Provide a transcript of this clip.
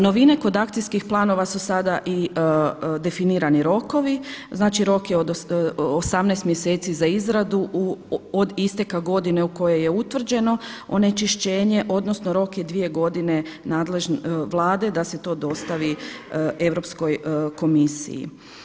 Novine kod akcijskih planova su sada i definirani rokovi, znači rok je 18 mjeseci za izradu od isteka godine u kojoj je utvrđeno onečišćenje odnosno rok je dvije godine Vlade da se to dostavi Europskoj komisiji.